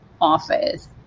office